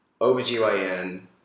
OBGYN